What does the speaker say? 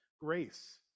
grace